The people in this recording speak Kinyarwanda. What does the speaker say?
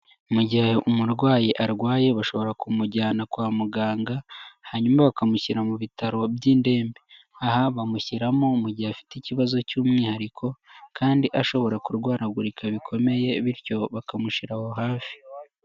Mu gihe umurwayi arwaye bashobora kumujyana kwa muganga hanyuma bakamushyira mu bitaro by'indembe, aha bamushyiramo mu gihe afite ikibazo cy'umwihariko kandi ashobora kurwaragurika bikomeye bityo bakamushira aho hafi.